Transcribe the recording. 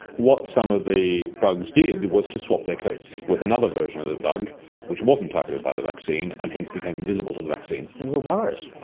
what some of the bugs did was to swap their coats with another version of the bug which wasn't targeted by the vaccine and hence became invisible to the vaccine. the little buggars.